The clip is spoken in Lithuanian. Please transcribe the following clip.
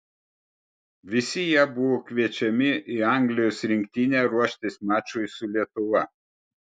visi jie buvo kviečiami į anglijos rinktinę ruoštis mačui su lietuva